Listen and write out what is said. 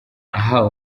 ahawe